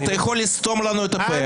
אתה יכול לסתום לנו את הפה,